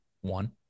one